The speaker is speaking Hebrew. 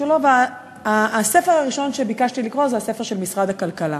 שלו הספר הראשון שביקשתי זה הספר של משרד הכלכלה.